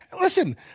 Listen